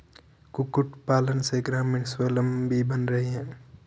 कुक्कुट पालन से ग्रामीण स्वाबलम्बी बन रहे हैं